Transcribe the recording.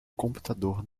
computador